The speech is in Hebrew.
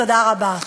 תודה רבה.